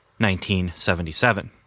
1977